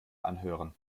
anhören